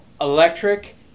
electric